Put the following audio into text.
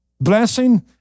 Blessing